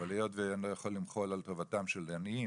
אבל היות שאני לא יכול למחול על טובתם של עניים,